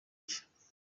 cye